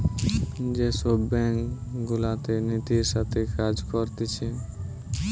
যে সব ব্যাঙ্ক গুলাতে নীতির সাথে কাজ করতিছে